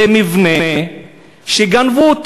זה מבנה שגנבו,